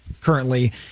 currently